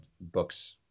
books